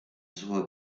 sua